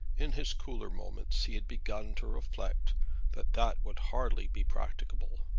in his cooler moments he had begun to reflect that that would hardly be practicable.